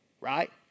right